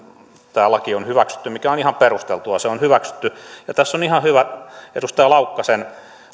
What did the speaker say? tämä laki on hyväksytty mikä on ihan perusteltua se on hyväksytty ja tässä on ihan hyvä edustaja laukkasen